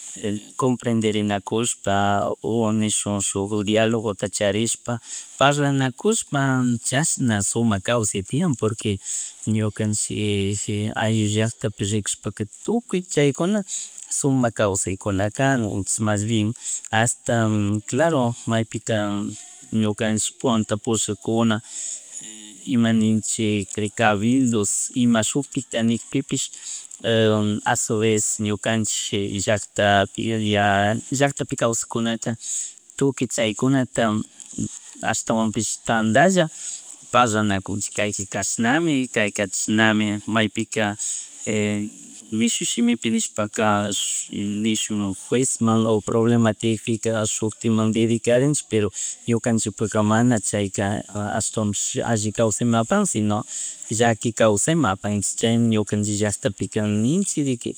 comprederenakushpa o neshuk shuk dialogota charishpa parlanakushpa chashna sumak kawsan tiyan porque ñukanchik ayllu llactapi rikushpaka tukuy chaykuna sumak kawsaykuna kan entonces mas bien hasta claro, maypika ñukanchik punta pushak kuna ima ninchik precavidos ima shuk pika nigpipish a su vez ñukanchikpi llacktapi llacgpati kawsakunata tukuy chaykunata, hastawanpish tandalla parlanakunchik kayka kashnami, kayka chishnami maypika mishu shimipi nishpaka nishun juez imala problema tiyagkpika shutiknman dedicarinchik pero ñukanchikpaka mana chayka ashtawanpish alli kawsayman apan sino llaki kawsayman apan etonces chay ñukanchik llacktapika ninchik de que